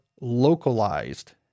localized